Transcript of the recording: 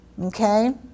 okay